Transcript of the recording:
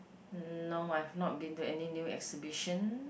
mm no I've not been to any new exhibition